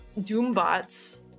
Doombots